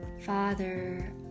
Father